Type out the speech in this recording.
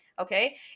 Okay